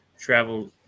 Travel